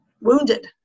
Wounded